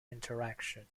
interaction